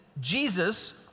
Jesus